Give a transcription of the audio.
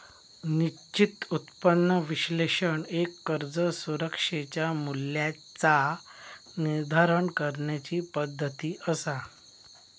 निश्चित उत्पन्न विश्लेषण एक कर्ज सुरक्षेच्या मूल्याचा निर्धारण करण्याची पद्धती असा